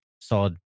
solid